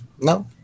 No